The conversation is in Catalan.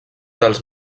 dels